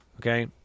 Okay